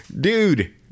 Dude